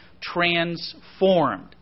transformed